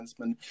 defenseman